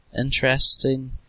interesting